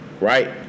right